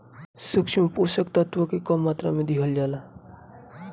सूक्ष्म पोषक तत्व के कम मात्रा में दिहल जाला